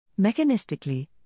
Mechanistically